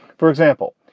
for example,